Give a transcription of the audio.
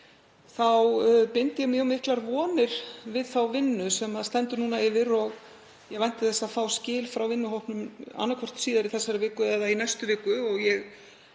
þá bind ég mjög miklar vonir við þá vinnu sem stendur núna yfir. Ég vænti þess að fá skil frá vinnuhópnum annaðhvort síðar í þessari viku eða í næstu viku og ég